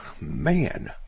man